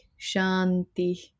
Shanti